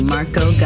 Marco